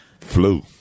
Flu